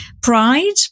pride